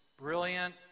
brilliant